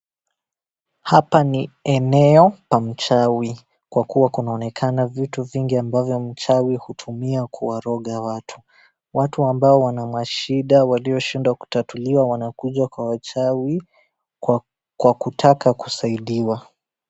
Hapa ni eneo pa mchawi kwa kuwa kunaonekana vitu vingi ambavyo mchawi hutumia kuwaroga watu. Watu ambao wana mashida walioshindwa kutatuliwa wanakuja kwa wachawi kwa kutaka kusaidiwa.